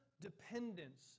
dependence